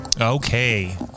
Okay